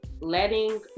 letting